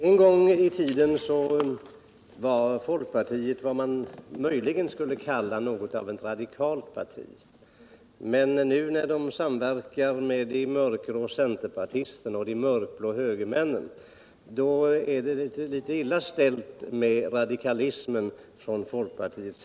Herr talman! En gång i tiden var folkpartiet möjligen något av ett radikalt parti. Men nu när man samverkar med de mörkgrå centerpartisterna och de mörkblå högermännen är det litet illa ställt med radikalismen i folkpartiet.